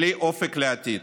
בלי אופק לעתיד.